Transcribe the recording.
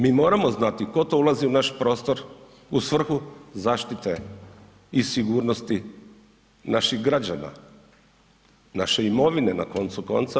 Mi moramo znati tko to ulazi u naš prostor u svrhu zaštite i sigurnosti naših građana, naše imovine na koncu konca.